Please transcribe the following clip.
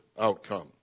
outcome